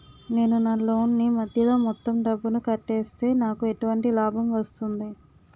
నేను నా లోన్ నీ మధ్యలో మొత్తం డబ్బును కట్టేస్తే నాకు ఎటువంటి లాభం వస్తుంది?